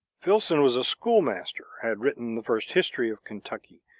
filson was a schoolmaster, had written the first history of kentucky,